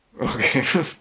Okay